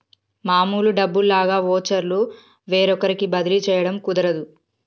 మామూలు డబ్బుల్లాగా వోచర్లు వేరొకరికి బదిలీ చేయడం కుదరదు